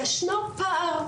ישנו פער,